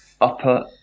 Upper